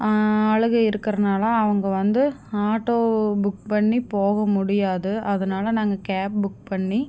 ஆளுக இருக்குறதுனால அவங்க வந்து ஆட்டோ புக் பண்ணி போக முடியாது அதனால் நாங்கள் கேப் புக் பண்ணி